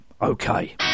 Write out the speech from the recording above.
okay